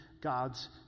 God's